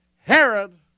Herod